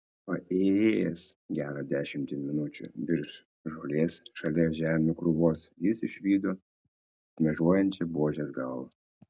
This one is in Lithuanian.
paėjėjęs gerą dešimtį minučių virš žolės šalia žemių krūvos jis išvydo šmėžuojančią buožės galvą